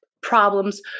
problems